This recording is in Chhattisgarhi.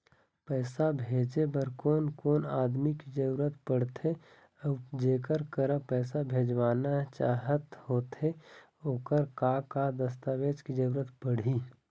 पैसा भेजे बार कोन कोन आदमी के जरूरत पड़ते अऊ जेकर करा पैसा भेजवाना चाहत होथे ओकर का का दस्तावेज के जरूरत पड़ही?